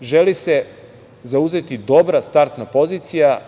Želi se zauzeti dobra startna pozicija